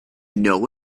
know